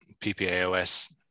PPAOS